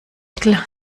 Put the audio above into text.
eckel